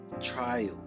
trial